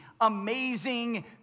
amazing